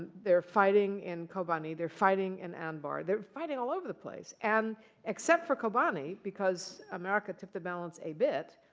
they're fighting in kobani. they're fighting in anbar. they're fighting all over the place. and except for kobani, because america tipped the balance a bit,